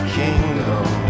kingdom